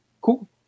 Cool